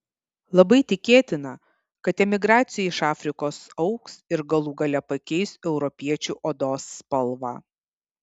labai tikėtina kad emigracija iš afrikos augs ir galų gale pakeis europiečių odos spalvą